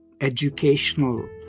educational